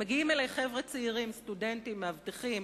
מגיעים אלי חבר'ה צעירים, סטודנטים, מאבטחים.